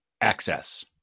access